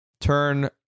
turn